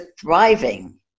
thriving